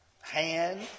hand